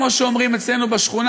כמו שאומרים אצלנו בשכונה,